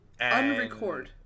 Unrecord